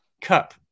Cup